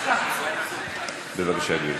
בבקשה, גברתי.